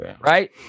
Right